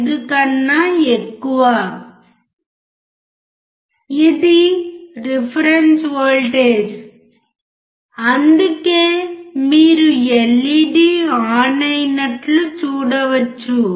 5 కన్నా ఎక్కువ ఇది రిఫరెన్స్ వోల్టేజ్ అందుకే మీరు ఎల్ఈడీ ఆన్ అయినట్లు చూడవచ్చు